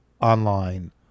Online